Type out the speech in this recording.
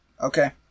okay